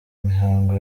mihango